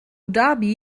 dhabi